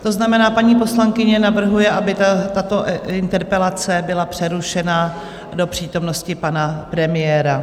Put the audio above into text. To znamená, paní poslankyně navrhuje, aby tato interpelace byla přerušena do přítomnosti pana premiéra.